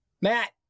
Matt